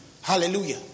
Hallelujah